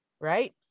right